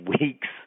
weeks